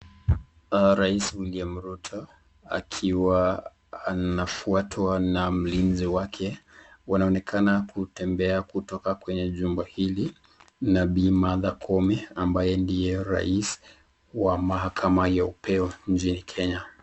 Rais Wiliam Ruto akiwa anafuatwa na mlinzi wake, wanaonekana kutembea kutoka kwenye jumba hili na bi Martha Koome ambaye ndiye rais wa mahakama ya upeo nchini Kenya.